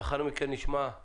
ולאחר מכן נשמע את